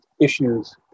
issues